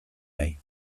nahi